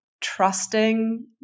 trusting